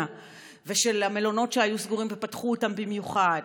ושל המלונות שהיו סגורים ופתחו אותם במיוחד